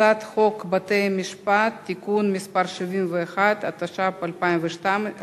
הצעת חוק בתי-המשפט (תיקון מס' 71), התשע"ב 2012,